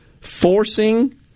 forcing